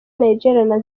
nigeria